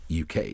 UK